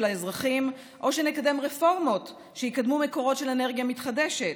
האזרחים או שנקדם רפורמות שיקדמו מקורות של אנרגיה מתחדשת?